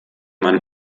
man